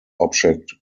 object